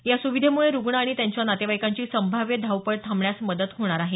या सुविधेमुळे रुग्ण आणि त्यांच्या नातेवाईकांची संभाव्य धावपळ थांबण्यास मदत होणार आहे